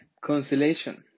Constellation